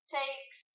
takes